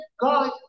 God